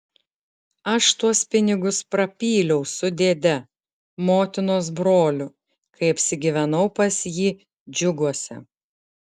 aš tuos pinigus prapyliau su dėde motinos broliu kai apsigyvenau pas jį džiuguose